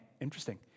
interesting